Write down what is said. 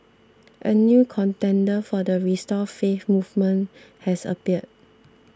a new contender for the restore faith movement has appeared